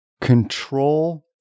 control